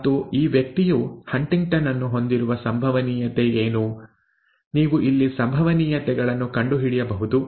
ಮತ್ತು ಈ ವ್ಯಕ್ತಿಯು ಹಂಟಿಂಗ್ಟನ್ ಅನ್ನು ಹೊಂದುವ ಸಂಭವನೀಯತೆ ಏನು ನೀವು ಇಲ್ಲಿ ಸಂಭವನೀಯತೆಗಳನ್ನು ಕಂಡುಹಿಡಿಯಬಹುದು